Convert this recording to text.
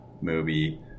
movie